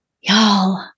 Y'all